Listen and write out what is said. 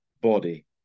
body